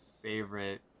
favorite